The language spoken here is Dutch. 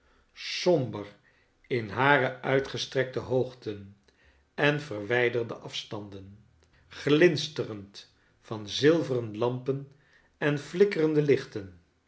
somber in hare uitgestrekte hoogten en verwijderde afstanden glinsterende van zilveren lampen en flikkerende lichten